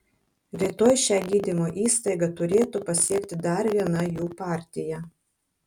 rytoj šią gydymo įstaigą turėtų pasiekti dar viena jų partija